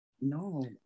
no